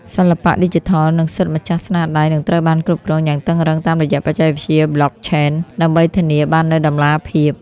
សិល្បៈឌីជីថល និងសិទ្ធិម្ចាស់ស្នាដៃនឹងត្រូវបានគ្រប់គ្រងយ៉ាងតឹងរ៉ឹងតាមរយៈបច្ចេកវិទ្យា Blockchain ដើម្បីធានាបាននូវតម្លាភាព។